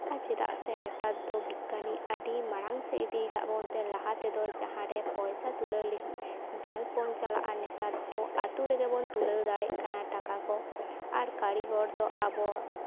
ᱟᱨ ᱪᱮᱫᱟᱜ ᱥᱮ ᱱᱮᱛᱟᱨ ᱫᱚ ᱵᱤᱜᱽᱜᱟᱱᱤ ᱟᱹᱰᱤ ᱢᱟᱲᱟᱝ ᱥᱮᱫ ᱤᱫᱤ ᱟᱠᱟᱫ ᱵᱚᱱᱛᱮ ᱞᱟᱦᱟ ᱛᱮᱫᱚ ᱡᱟᱦᱟᱸᱨᱮ ᱯᱚᱭᱥᱟ ᱛᱩᱞᱟᱹᱣ ᱞᱟᱹᱜᱤᱫ ᱵᱮᱝᱠ ᱵᱚᱱ ᱪᱟᱞᱟᱜᱼᱟ ᱱᱮᱛᱟᱨ ᱫᱚ ᱟᱹᱛᱩ ᱨᱮᱜᱮ ᱵᱚᱱ ᱛᱩᱞᱟᱹᱣ ᱫᱟᱲᱮᱜ ᱠᱟᱱᱟ ᱴᱟᱠᱟ ᱠᱚ ᱟᱨ ᱠᱟᱨᱤᱜᱚᱨ ᱫᱚ ᱟᱵᱚ